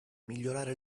migliorare